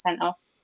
off